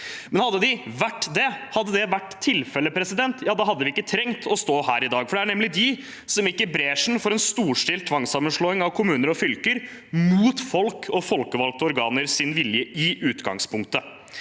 det lokale selvstyret. Hadde det vært tilfellet, hadde vi ikke trengt å stå her i dag, for det er nemlig de som gikk i bresjen for en storstilt tvangssammenslåing av kommuner og fylker mot folks og folkevalgte organers vilje i utgangspunktet.